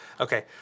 Okay